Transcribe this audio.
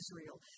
Israel